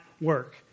work